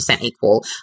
equal